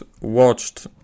watched